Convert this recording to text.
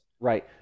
Right